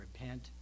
repent